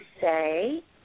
say